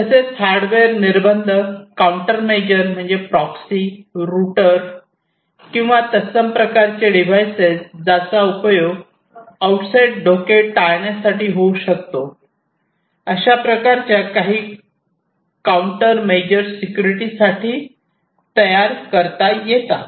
तसेच हार्डवेअर निर्बंध counter measure म्हणजे प्रॉक्सी रुटर किंवा तत्सम प्रकारचे डिव्हाइसेस ज्याचा उपयोग आउट साइड धोके टाळण्यासाठी होऊ शकतो अशाप्रकारे काही काउंटर मेजर्स सिक्युरिटी साठी तयार करता येतात